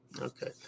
Okay